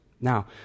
now